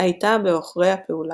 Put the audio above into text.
הייתה בעוכרי הפעולה,